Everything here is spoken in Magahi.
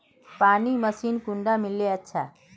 पानी मशीन कुंडा किनले अच्छा?